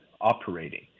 operating